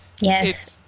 Yes